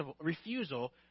refusal